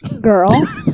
girl